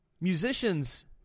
musicians